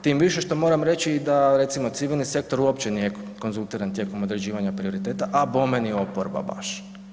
Tim više što moram reći da recimo civilni sektor uopće nije konzultiran tijekom određivanja prioriteta, a bome ni oporba baš.